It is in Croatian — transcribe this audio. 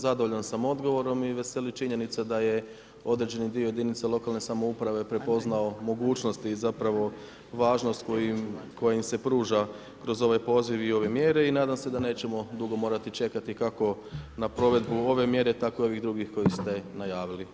Zadovoljan sam odgovorom i veseli činjenica da je određeni dio jedinica lokalne samouprave prepoznao mogućnosti, zapravo važnost koja im se pruža kroz ovaj poziv i ove mjere i nadam se da nećemo dugo morati čekati kako na provedbu ove mjere tako i ovih drugih koje ste najavili.